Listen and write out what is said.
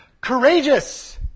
Courageous